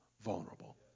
vulnerable